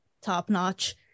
top-notch